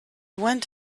went